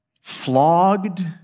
flogged